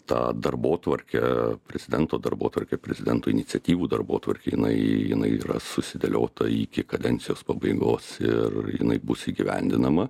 tą darbotvarkę prezidento darbotvarkė prezidento iniciatyvų darbotvarkė jinai jinai yra susidėliota iki kadencijos pabaigos ir jinai bus įgyvendinama